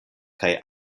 kaj